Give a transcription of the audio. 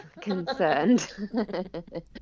concerned